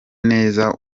neza